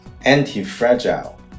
Anti-Fragile